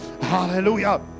Hallelujah